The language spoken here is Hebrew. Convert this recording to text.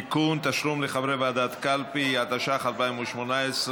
(תיקון, תשלום לחברי ועדת קלפי), התשע"ח 2018,